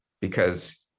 because-